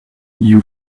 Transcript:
you